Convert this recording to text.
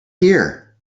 here